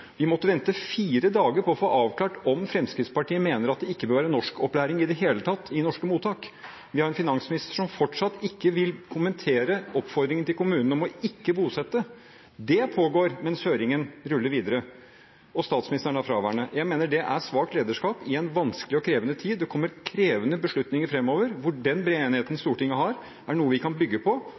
Vi måtte vente fire dager for å få avklart om Fremskrittspartiet mener at det ikke bør være norskopplæring i det hele tatt i norske mottak. Vi har en finansminister som fortsatt ikke vil kommentere oppfordringen til kommunene om ikke å bosette. Det pågår mens høringen ruller videre, og statsministeren er fraværende. Jeg mener det er svakt lederskap i en vanskelig og krevende tid. Det kommer krevende beslutninger fremover, og den brede enigheten Stortinget har, er noe vi kan bygge på,